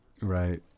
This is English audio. Right